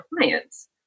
clients